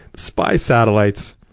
spy satellites.